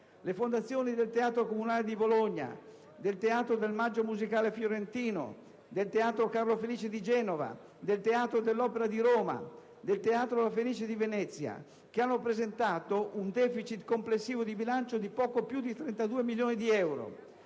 le fondazioni del Teatro comunale di Bologna, del Teatro del Maggio Musicale Fiorentino, del Teatro Carlo Felice di Genova, del Teatro dell'Opera di Roma e del Teatro La Fenice di Venezia, che hanno presentato un deficit complessivo di bilancio di poco più di 32 milioni di euro.